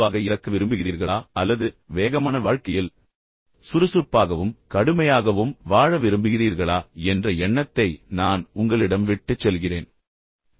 எனவே நீங்கள் மெதுவாக இறக்க விரும்புகிறீர்களா அல்லது மிகவும் வேகமான வாழ்க்கையில் சுறுசுறுப்பாகவும் கடுமையாகவும் வாழ விரும்புகிறீர்களா என்ற எண்ணத்தை நான் உங்களிடம் விட்டுச் செல்கிறேன்